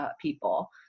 people